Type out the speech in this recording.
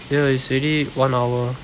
dear it's already one hour